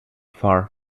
far